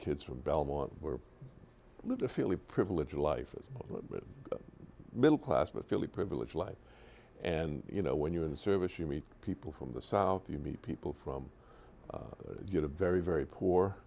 kids from belmont were little fairly privileged life as middle class but fairly privileged life and you know when you're in the service you meet people from the south you meet people from get a very very poor